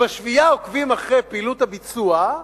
ובשביעייה עוקבים אחרי פעילות הביצוע.